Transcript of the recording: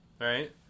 right